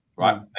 right